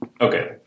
Okay